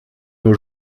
nos